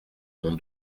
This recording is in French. mon